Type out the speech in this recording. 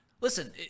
Listen